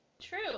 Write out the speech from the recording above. true